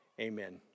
amen